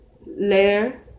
later